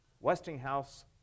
Westinghouse